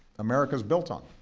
america is built on.